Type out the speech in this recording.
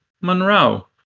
monroe